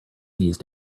these